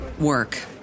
work